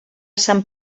sant